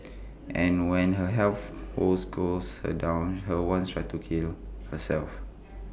and when her health woes got her down her once tried to kill herself